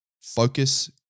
focus